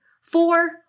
Four